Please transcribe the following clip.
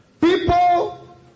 People